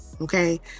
okay